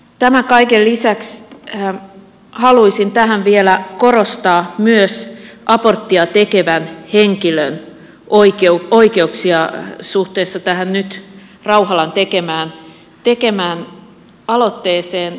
tämän kaiken lisäksi haluaisin tähän vielä korostaa myös aborttia tekevän henkilön oikeuksia suhteessa tähän rauhalan tekemään aloitteeseen